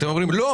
אתם אומרים: לא,